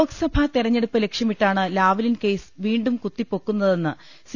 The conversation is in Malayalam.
ലോക്സഭാ തെരഞ്ഞെടുപ്പ് ലക്ഷ്യമിട്ടാണ് ലാവ്ലിൻ കേസ് വീണ്ടും കുത്തിപ്പൊക്കുന്നതെന്ന് സി